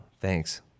thanks